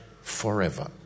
forever